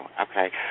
okay